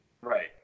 Right